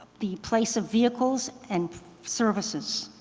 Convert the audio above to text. the place of vehicles and services.